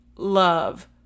love